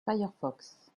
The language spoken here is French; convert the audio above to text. firefox